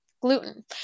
gluten